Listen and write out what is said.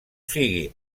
sigui